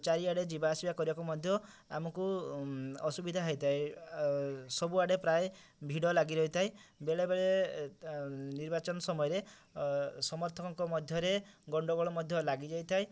ଚାରିଆଡ଼େ ଯିବା ଆସିବା କରିବାକୁ ମଧ୍ୟ ଆମକୁ ଅସୁବିଧା ହେଇଥାଏ ସବୁ ଆଡ଼େ ପ୍ରାୟ ଭିଡ଼ ଲାଗି ରହିଥାଏ ବେଳେ ବେଳେ ନିର୍ବାଚନ ସମୟରେ ସମର୍ଥକଙ୍କ ମଧ୍ୟରେ ଗଣ୍ଡଗୋଳ ମଧ୍ୟ ଲାଗିଯାଇଥାଏ